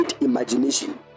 imagination